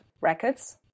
records